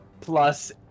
plus